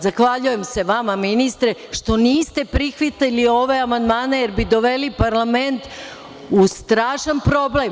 Zahvaljujem se vama ministre, što niste prihvatili ove amandmane jer bi doveli parlament u strašan problem.